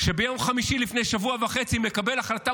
שביום חמישי לפני שבוע וחצי מקבל החלטה